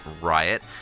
Riot